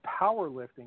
powerlifting